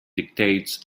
dictates